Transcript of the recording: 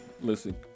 listen